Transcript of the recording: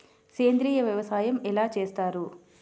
సేంద్రీయ వ్యవసాయం ఎలా చేస్తారు?